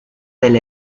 del